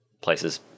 places